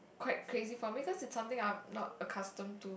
quite crazy for me cause it was something I was not accustom to